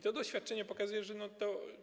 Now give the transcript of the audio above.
To doświadczenie pokazuje, że to.